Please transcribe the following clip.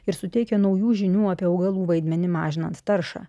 ir suteikia naujų žinių apie augalų vaidmenį mažinant taršą